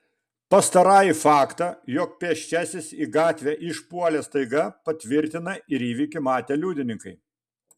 pastarąjį faktą jog pėsčiasis į gatvę išpuolė staiga patvirtina ir įvykį matę liudininkai